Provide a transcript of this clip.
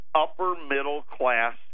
upper-middle-class